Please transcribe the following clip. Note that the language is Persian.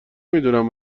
میدونم